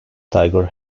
tiger